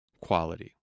quality